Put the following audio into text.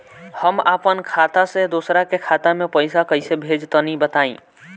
हम आपन खाता से दोसरा के खाता मे पईसा कइसे भेजि तनि बताईं?